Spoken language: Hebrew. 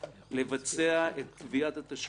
לבצע את גביית התשלומים.